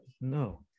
no